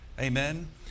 Amen